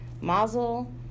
mazel